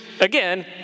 again